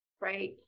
right